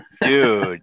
dude